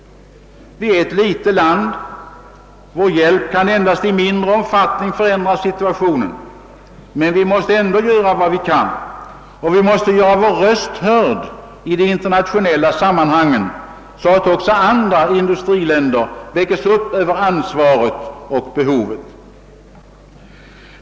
Vårt land är litet. Vår hjälp kan endast i mindre omfattning förändra situationen för u-länderna. Vi måste ändå göra vad vi kan. Och vi måste göra vår röst hörd i de internationella sammanhangen, så att också andra industriländer väckes upp över ansvaret och behovet.